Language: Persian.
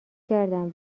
کردم